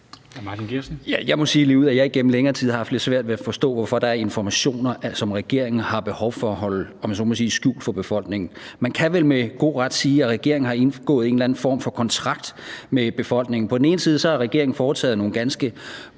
tid har haft lidt svært ved at forstå, hvorfor der er informationer, som regeringen har behov for at holde, om jeg så må sige, skjult for befolkningen. Man kan vel med god ret sige, at regeringen har indgået en eller anden form for kontrakt med befolkningen. På den ene side har regeringen foretaget nogle ganske